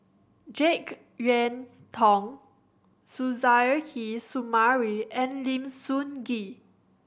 Jek Yeun Thong Suzairhe Sumari and Lim Sun Gee